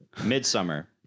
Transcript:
Midsummer